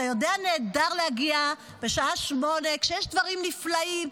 אתה יודע נהדר להגיע בשעה 20:00 כשיש דברים נפלאים,